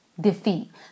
defeat